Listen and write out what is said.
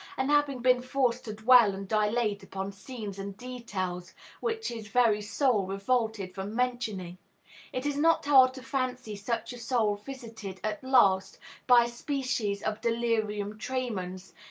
and having been forced to dwell and dilate upon scenes and details which his very soul revolted from mentioning it is not hard to fancy such a soul visited at last by species of delirium-tremens,